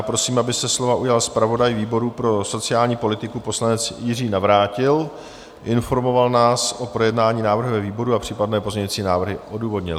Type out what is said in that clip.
Prosím, aby se slova ujal zpravodaj výboru pro sociální politiku, poslanec Jiří Navrátil, informoval nás o projednání návrhu ve výboru a případné pozměňovací návrhy odůvodnil.